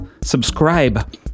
Subscribe